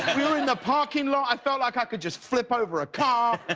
we were in the parking lot, i felt like i could just flip over a car!